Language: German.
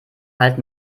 halt